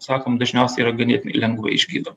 sakom dažniausiai yra ganėtinai lengvai išgydo